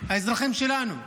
האזרחים שלנו?